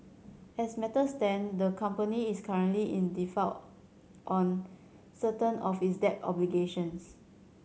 as matters stand the company is currently in default on certain of its debt obligations